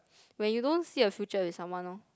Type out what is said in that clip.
when you don't see your future with someone loh